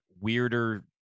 weirder